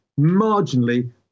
marginally